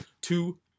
Two